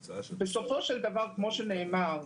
בסופו של דבר, כמו שנאמר,